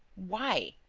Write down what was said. why?